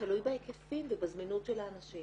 תלוי בהיקפים ובזמינות של האנשים